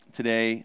today